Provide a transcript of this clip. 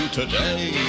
today